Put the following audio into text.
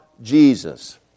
Jesus